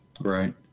Right